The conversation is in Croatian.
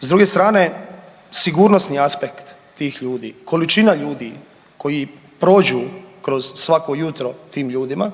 S druge strane sigurnosni aspekt tih ljudi, količina ljudi koji prođu kroz svako jutro tim ljudima,